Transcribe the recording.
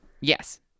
Yes